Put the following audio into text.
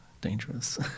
dangerous